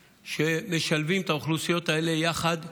המשלבים את האוכלוסיות האלה יחד בחברה,